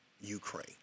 Ukraine